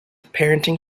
parenting